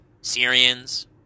Syrians